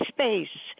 Space